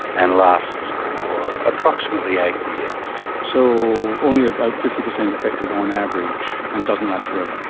and lasts for approximately eight years. so only about fifty percent effective on average and doesn't last forever.